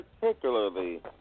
particularly –